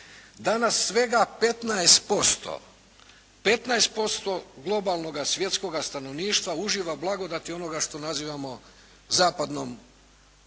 Danas svega 15%, 15% globalnoga svjetskoga stanovništva uživa blagodati onoga što nazivamo zapadnom